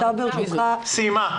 סיימה.